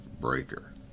Breaker